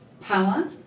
power